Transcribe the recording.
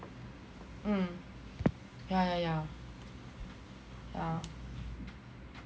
mm yeah yeah yeah yeah